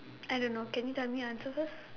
I don't know can you tell me your answer first